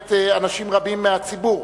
שמעניינת אנשים רבים מהציבור,